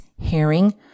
herring